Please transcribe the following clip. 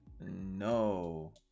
no